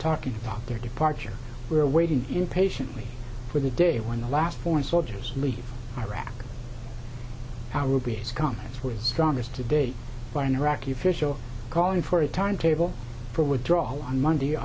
talking about their departure we're waiting impatiently for the day when the last foreign soldiers leave iraq how ruby's comments were the strongest today by an iraqi official calling for a timetable for withdrawal on monday